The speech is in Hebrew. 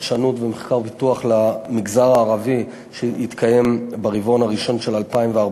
חדשנות ומחקר ופיתוח למגזר הערבי שיתקיים ברבעון הראשון של 2014,